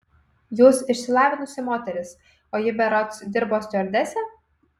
jūs išsilavinusi moteris o ji berods dirbo stiuardese